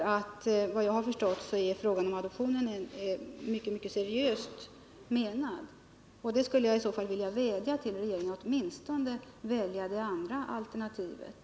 Efter vad jag har förstått är adoptionen mycket seriöst menad. Jag vädjar till regeringen att åtminstone välja det andra alternativet.